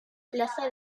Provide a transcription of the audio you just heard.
plaza